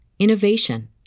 innovation